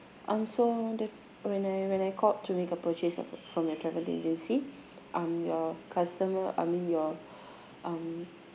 I'm so wanted when I when I called to make a purchase from your travel agency um your customer I mean your um